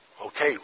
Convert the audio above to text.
Okay